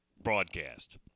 broadcast